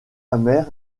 amer